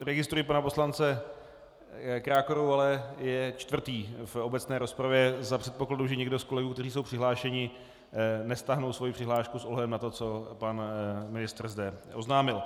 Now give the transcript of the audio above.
Registruji pana poslance Krákoru, ale je čtvrtý v obecné rozpravě za předpokladu, že někteří z kolegů, kteří jsou přihlášení, nestáhnou svoji přihlášku s ohledem na to, co pan ministr zde oznámil.